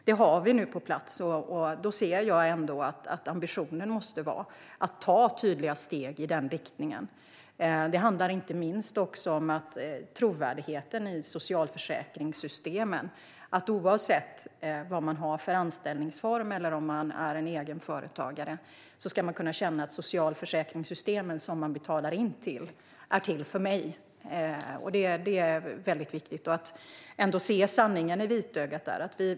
Det har vi nu på plats, och då måste ambitionen vara att ta tydliga steg i den riktningen. Det handlar inte minst om trovärdigheten i socialförsäkringssystemen. Oavsett vilken anställningsform jag har eller om jag är egenföretagare ska jag kunna känna att socialförsäkringssystemen som jag betalar in till är till för mig. Det är viktigt. Vi måste se sanningen i vitögat.